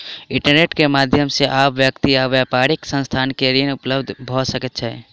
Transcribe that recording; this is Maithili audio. इंटरनेट के माध्यम से आब व्यक्ति आ व्यापारिक संस्थान के ऋण उपलब्ध भ सकै छै